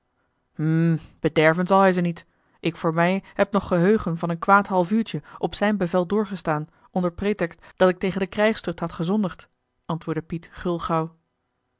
hm bederven zal hij ze niet ik voor mij heb nog geheugen van een kwaad halfuurtje op zijn bevel doorgestaan onder pretext dat ik tegen de krijgstucht had gezondigd antwoordde piet gulgauw